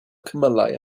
cymylau